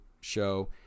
show